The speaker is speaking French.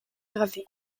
gravés